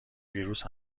ویروس